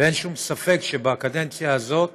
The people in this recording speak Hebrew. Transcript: אין שום ספק שבקדנציה הזאת